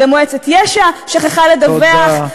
גם מועצת יש"ע שכחה לדווח, תודה.